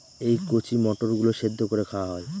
এই কচি মটর গুলো সেদ্ধ করে খাওয়া হয়